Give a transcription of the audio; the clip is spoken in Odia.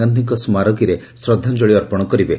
ଗାନ୍ଧୀଙ୍କ ସ୍କାରକୀରେ ଶ୍ରଦ୍ଧାଞ୍ଚଳି ଅର୍ପଣ କରିବେ